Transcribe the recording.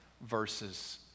verses